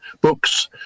books